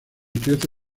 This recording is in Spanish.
crece